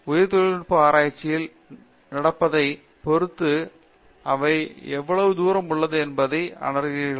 உயிர்தொழில்நுட்ப ஆராய்ச்சியில் நடப்பதைப் பொறுத்து அவை எவ்வளவு தூரம் உள்ளது என்பதை உணருகிறீர்கள்